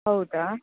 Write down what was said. ಹೌದಾ